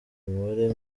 umubare